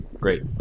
Great